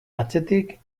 atzetik